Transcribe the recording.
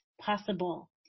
possible